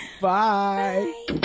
Bye